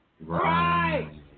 Right